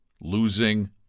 losing